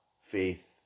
faith